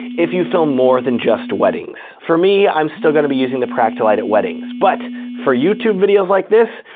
if you film more than just weddings. for me, i'm still gonna be using the practilite at weddings but for youtube videos like this,